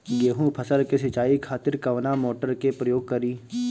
गेहूं फसल के सिंचाई खातिर कवना मोटर के प्रयोग करी?